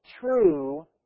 true